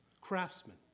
Craftsmen